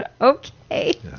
Okay